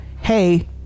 Hey